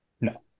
No